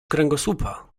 kręgosłupa